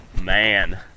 Man